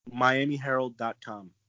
MiamiHerald.com